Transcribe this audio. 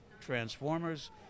Transformers